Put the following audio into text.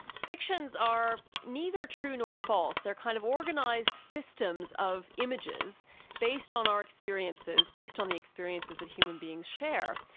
fictions are neither true nor false, they're kind of organised systems of images based on our experiences, based on the experiences that human beings share.